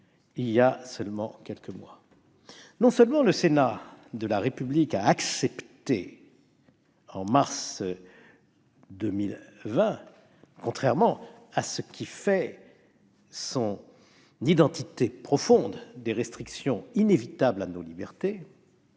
il y a seulement quelques mois. Non seulement le Sénat de la République a accepté, en mars 2020, en contradiction avec ce qui fait son identité profonde, des restrictions inévitables à nos libertés,